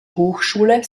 hochschule